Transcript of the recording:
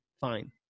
fine